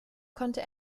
konnte